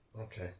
Okay